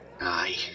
Aye